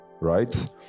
Right